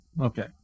okay